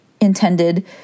intended